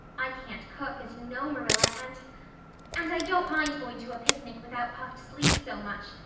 i can't cook, as you know, marilla, and and i don't mind going to a picnic without puffed sleeves so much,